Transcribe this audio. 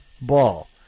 ball